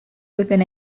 within